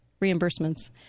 reimbursements